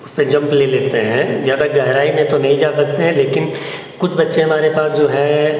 उसमें जम्प ले लेते हैं ज़्यादा गहराई में तो नहीं जा सकते हैं लेकिन कुछ बच्चे हमारे पास जो हैं